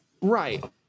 Right